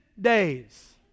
days